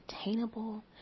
attainable